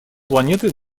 планеты